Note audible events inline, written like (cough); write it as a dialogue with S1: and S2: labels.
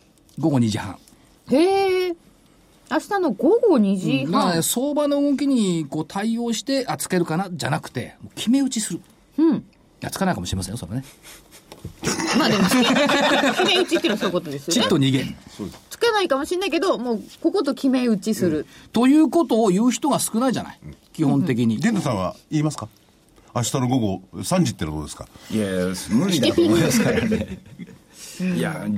S1: 午後2時半。
S2: へー。明日の午後2時半。
S1: うん。まあね、相場の動きにこう対応して、あ、つけるかな、じゃなくて、もう決め打ちする。
S2: うん。
S1: いや、つかないかもしれませんよ、それはね。 (laughs)
S2: (laughs) まあでも、決め打ちっていうのはそういうことですよね。
S1: ちっと逃げる。
S3: そうです。
S2: つけないかもしれないけど、もうここと決め打ちする。
S1: うん。ということを言う人が少ないじゃない。
S2: うん。
S1: 基本的に。
S3: うん。玄太さんは言いますか？明日の午後3時ってのはどうですか？
S4: いやいや、無理だと思いますからね。
S2: (laughs)
S4: いや、